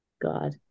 God